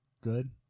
good